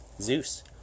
Zeus